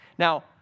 Now